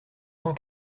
cent